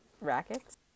Rackets